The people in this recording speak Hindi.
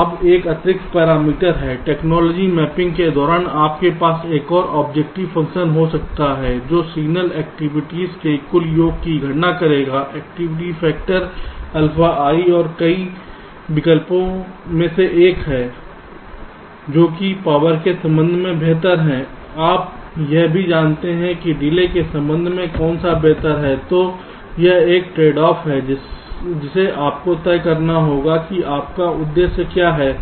अब एक अतिरिक्त पैरामीटर है टेक्नोलॉजी मैपिंग के दौरान आपके पास एक और ऑब्जेक्टिव फंक्शन हो सकता है जो सिग्नल एक्टिविटीज की कुल योग की गणना करेगा एक्टिविटी फैक्टर alpha i और कई विकल्पों में से एक है जो कि पावर के संबंध में बेहतर है आप यह भी जानते हैं कि डिले के संबंध में कौन सा बेहतर है तो यह एक ट्रेडऑफ है जिसे आपको तय करना होगा कि आपका उद्देश्य क्या है